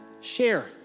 share